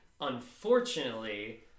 unfortunately